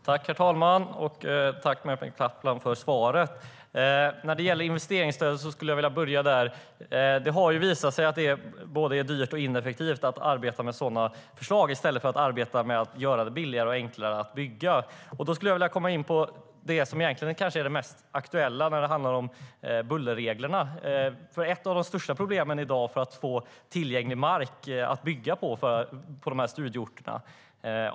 Herr talman! Tack, Mehmet Kaplan, för svaret! Jag skulle vilja börja med investeringsstödet. Det har ju visat sig att det är både dyrt och ineffektivt att arbeta med sådana förslag i stället för att arbeta med att göra det billigare och enklare att bygga. Jag skulle vilja gå in på det som kanske är det mest aktuella, nämligen bullerreglerna. Det är ett av de största problemen i dag med att få tillgänglig mark att bebygga på studieorterna.